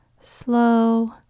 slow